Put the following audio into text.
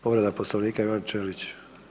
Povreda Poslovnika Ivan Ćelić.